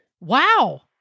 Wow